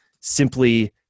simply